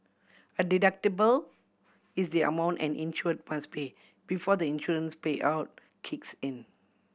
a deductible is the amount an insure must pay before the insurance payout kicks in